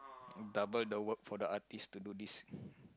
double the work for the aunties to do this